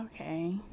Okay